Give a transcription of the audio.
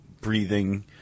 breathing